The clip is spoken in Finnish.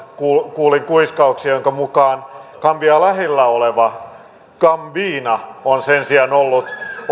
kuulin kuiskutuksia joiden mukaan gambiaa lähellä oleva gambina on sen sijaan ollut